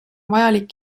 vajalik